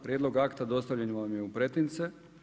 Prijedlog akta dostavljen vam je u pretince.